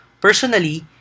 Personally